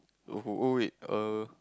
oh wait err